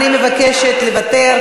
אני מבקשת לוותר,